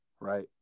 right